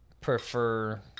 prefer